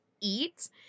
eat